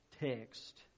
text